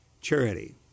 charity